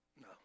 No